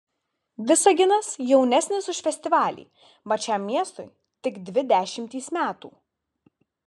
visaginas jaunesnis už festivalį mat šiam miestui tik dvi dešimtys metų